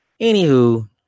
Anywho